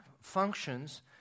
functions